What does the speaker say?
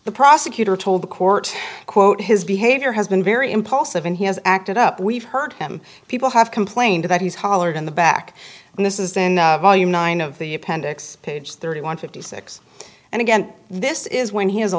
the prosecutor told the court quote his behavior has been very impulsive and he has acted up we've heard him people have complained that he's hollered in the back and this is in volume nine of the appendix page thirty one fifty six and again this is when he is a